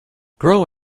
grow